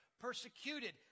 Persecuted